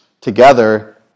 together